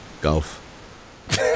golf